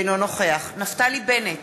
אינו נוכח נפתלי בנט,